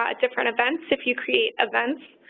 ah different events if you create events,